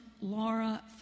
Laura